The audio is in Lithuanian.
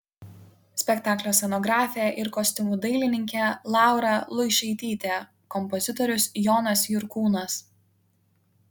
spektaklio scenografė ir kostiumų dailininkė laura luišaitytė kompozitorius jonas jurkūnas